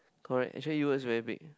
correct actually it was very big